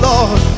Lord